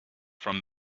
from